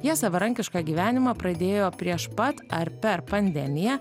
jie savarankišką gyvenimą pradėjo prieš pat ar per pandemiją